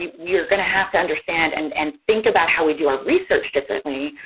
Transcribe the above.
we we are going to have to understand and and think about how we do our research differently,